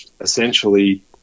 essentially